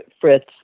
Fritz